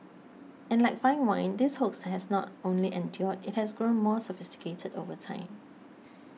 and like fine wine this hoax has not only endured it has grown more sophisticated over time